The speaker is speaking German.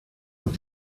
und